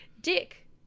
Dick